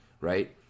right